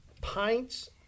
pints